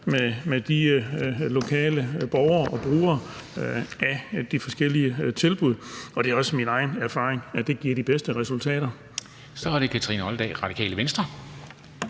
med de lokale borgere og brugere af de forskellige tilbud. Det er også min egen erfaring, at det giver de bedste resultater. Kl. 10:39 Formanden (Henrik